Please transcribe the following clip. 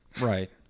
Right